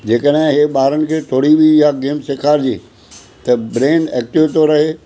जेकॾहिं हे ॿारनि खे थोरी बि हीअ गेम सेखारिजे त ब्रेन एक्टिव थो रहे